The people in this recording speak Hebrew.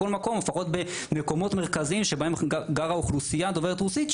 לפחות במקומות מרכזיים שבהם גרה אוכלוסיה דוברת רוסית,